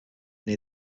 near